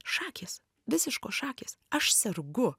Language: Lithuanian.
šakės visiškos šakės aš sergu